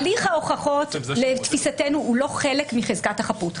הליך ההוכחות לתפיסתנו הוא לא חלק מחזקת החפות.